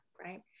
right